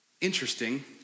interesting